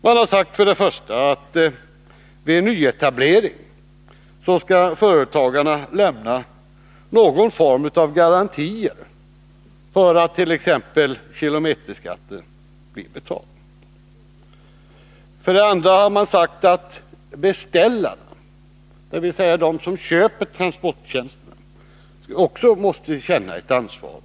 Man har för det första föreslagit att företagarna vid nyetablering skall lämna någon form av garantier för att t.ex. kilometerskatten blir betald. För det andra har man sagt att också beställarna, dvs. de som köper transporttjänsterna, måste känna och åläggas ett ansvar.